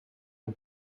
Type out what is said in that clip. een